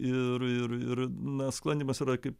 ir ir ir na sklandymas yra kaip